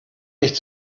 nicht